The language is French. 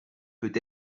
peut